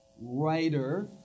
writer